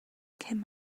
came